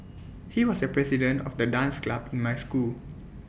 he was the president of the dance club in my school